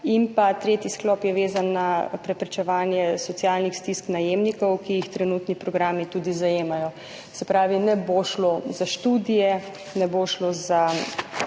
In tretji sklop je vezan na preprečevanje socialnih stisk najemnikov, ki jih trenutni programi tudi zajemajo. Se pravi, ne bo šlo za študije, tako kot